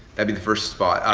and be the first spot.